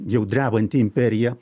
jau drebanti imperija